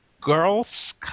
Girls